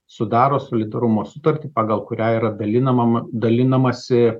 sudaro solidarumo sutartį pagal kurią yra dalinamama dalinamasi